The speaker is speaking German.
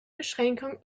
beschränkung